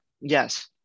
Yes